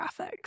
graphics